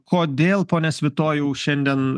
kodėl pone svitojau šiandien